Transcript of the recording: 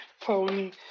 Pony